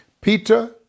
Peter